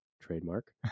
trademark